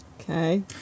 Okay